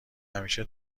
همیشه